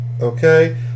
Okay